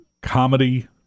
comedy